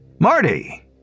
Marty